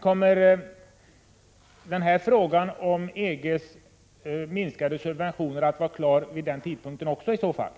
Herr talman! Kommer frågan om EG:s minskade subventioner att vara klar vid den tidpunkten också i så fall?